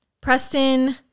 Preston